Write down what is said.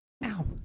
Now